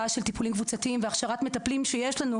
של טיפולים קבוצתיים והכשרת מטפלים שיש לנו,